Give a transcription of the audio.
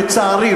לצערי,